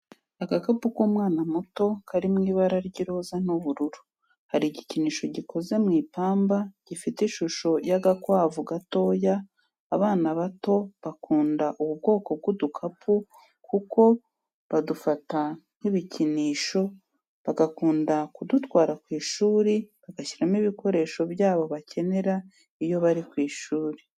Agakapu k'umwana muto kari mu ibara ry'iroza n'ubururu, hari igikinisho gikoze mu ipamba gifite ishusho y'agakwavu gatoya, abana bato bakunda ubu kwoko bw'udukapu kuko badufata nk'ibikinisho bagakunda kudutwara ku ishuri, bagashyiramo ibikoresho byabo bakenera iyo bari ku ishuri.